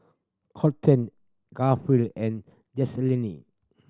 Colten Garfield and Jaslene